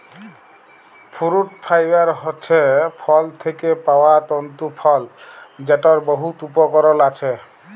fruit fibre হছে ফল থ্যাকে পাউয়া তল্তু ফল যেটর বহুত উপকরল আছে